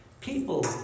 people